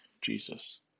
Jesus